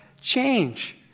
change